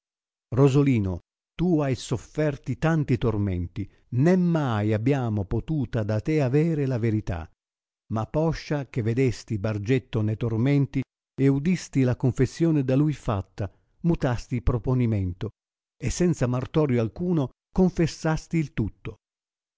rosolino tu hai sofferti tanti tormenti né mai abbiamo potuta da te aver la verità ma poscia che vedesti bargetto ne tormenti e udisti la confessione da lui fatta mutasti proponimento e senza martorio alcuno confessasti il tutto